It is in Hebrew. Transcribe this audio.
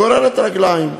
גוררת רגליים.